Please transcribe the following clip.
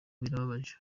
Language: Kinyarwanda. birababaje